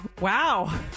Wow